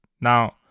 Now